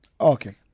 okay